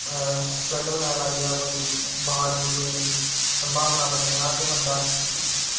flood बगैरा आई जा कोई बाड़ दी कोई संभावना बनी जा ते बंदा